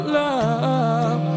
love